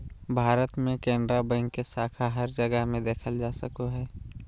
भारत मे केनरा बैंक के शाखा हर जगह मे देखल जा सको हय